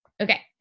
Okay